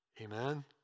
Amen